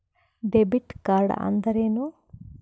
Debit ಕಾರ್ಡ್ಅಂದರೇನು?